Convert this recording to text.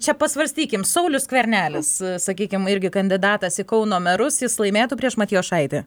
čia pasvarstykim saulius skvernelis sakykim irgi kandidatas į kauno merus jis laimėtų prieš matijošaitį